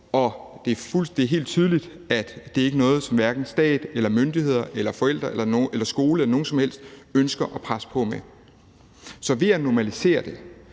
og det er helt tydeligt, at det hverken er noget, som stat eller myndigheder eller forældre eller skole eller nogen som helst ønsker at presse på med. Så ved at normalisere det